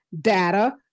data